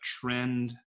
trend